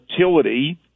volatility